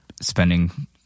spending